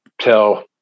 tell